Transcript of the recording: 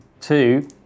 two